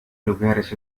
lugares